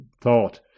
thought